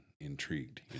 intrigued